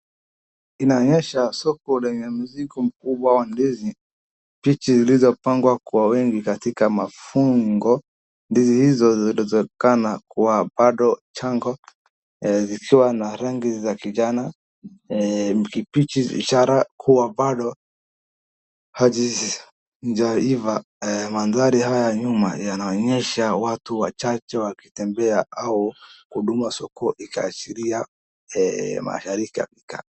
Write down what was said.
Inaonyesha soko lenye mzigo mkubwa wa ndizi mbichi zilizopangwa kwa wingi katika mafungo, ndizi hizo zinaonekana kuwa bado changa zikiwa na rangi za kijani kibichi ishara kuwa bado hazijaiva, mandhari haya ya nyuma yanaonyesha watu wachache wakitembea au huduma soko ikiashiria mashari pikapika.